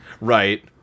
Right